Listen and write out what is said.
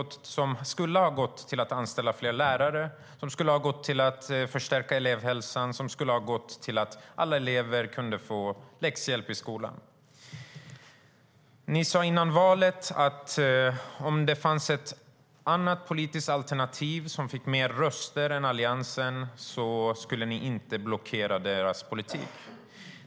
Det är pengar som skulle ha gått till att anställa fler lärare, förstärka elevhälsan och se till att alla elever kunde få läxhjälp i skolan. Ni sade före valet, Camilla Waltersson Grönvall, att om det fanns ett annat politiskt alternativ som fick fler röster än Alliansen skulle ni inte blockera dess politik.